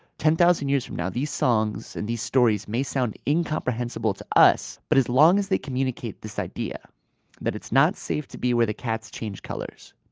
ten thousand years from now, these songs or and these stories may sound incomprehensible to us, but as long as they communicate this idea that it's not safe to be where the cats change colors,